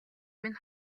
минь